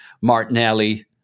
Martinelli